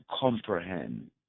comprehend